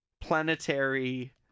planetary